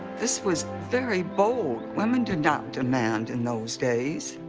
this was very bold. women did not demand in those days.